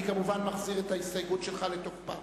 אני כמובן מחזיר את ההסתייגות שלך לתוקפה.